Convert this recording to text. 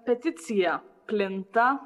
peticija plinta